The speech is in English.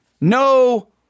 no